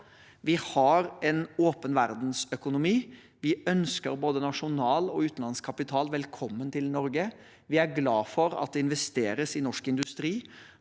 Vi har en åpen verdensøkonomi. Vi ønsker både nasjonal og utenlandsk kapital velkommen til Norge. Vi er glad for at det investeres i norsk industri,